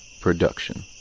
Production